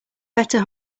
better